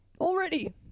already